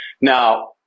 Now